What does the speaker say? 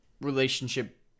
relationship